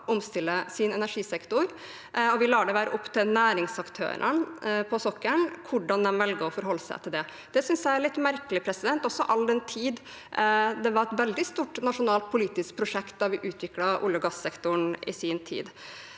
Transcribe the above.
omstille sin energisektor, og vi lar det være opp til næringsaktørene på sokkelen hvordan de velger å forholde seg til det. Det synes jeg er litt merkelig, all den tid det var et veldig stort nasjonalt politisk prosjekt da vi utviklet olje- og gassektoren i sin tid.